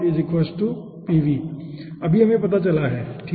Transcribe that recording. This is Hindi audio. हमें अभी पता चला है ठीक है